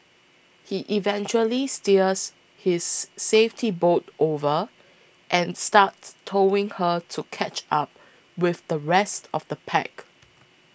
he eventually steers his safety boat over and starts towing her to catch up with the rest of the pack